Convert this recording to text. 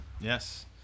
Yes